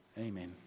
amen